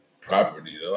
Property